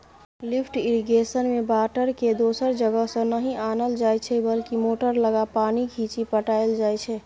lift इरिगेशनमे बाटरकेँ दोसर जगहसँ नहि आनल जाइ छै बल्कि मोटर लगा पानि घीचि पटाएल जाइ छै